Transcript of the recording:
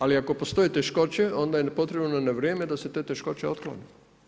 Ali ako postoje teškoće onda je potrebno na vrijeme da se te teškoće otklone.